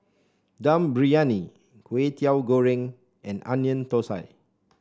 Dum Briyani Kway Teow Goreng and Onion Thosai